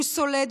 הוא סולד,